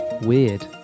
weird